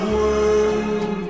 world